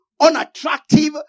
unattractive